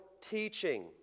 teaching